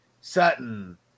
Sutton